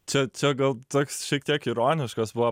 čia čia gal toks šiek tiek ironiškas buvo